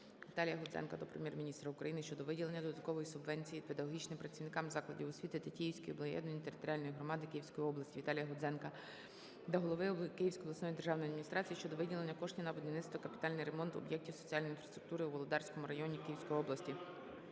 Віталія Гудзенка до Прем'єр-міністра України щодо виділення додаткової субвенції педагогічним працівникам закладів освіти Тетіївської об'єднаної територіальної громади Київської області. Віталія Гудзенка до голови Київської обласної державної адміністрації щодо виділення коштів на будівництво та капітальний ремонт об'єктів соціальної інфраструктури у Володарському районі Київської області.